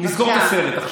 אתם רוצים גם תשובה?